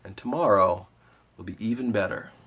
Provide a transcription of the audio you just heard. and tomorrow will be even better.